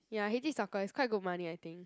ya he teach soccer it's quite good money I think